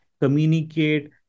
communicate